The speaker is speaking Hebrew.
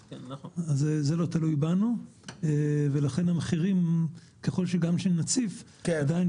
זה לא תלוי בנו ולכן גם ככל שנציף את השוק צריך לדעת